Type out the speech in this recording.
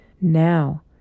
Now